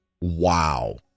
Wow